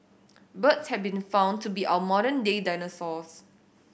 birds have been found to be our modern day dinosaurs